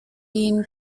been